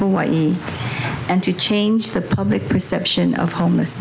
hawaii and to change the public perception of homeless